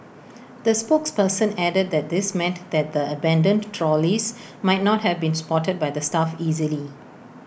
the spokesperson added that this meant that the abandoned trolleys might not have been spotted by the staff easily